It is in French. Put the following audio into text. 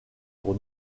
pour